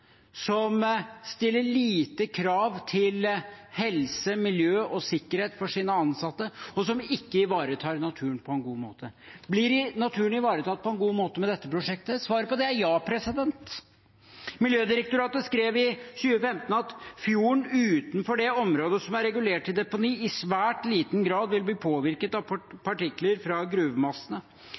som stiller få krav til helse, miljø og sikkerhet for sine ansatte, og som ikke ivaretar naturen på en god måte. Blir naturen ivaretatt på en god måte med dette prosjektet? Svaret på det er ja. Miljødirektoratet skrev i 2015 at fjorden utenfor det området som er regulert til deponi, i svært liten grad vil bli påvirket av partikler fra gruvemassene.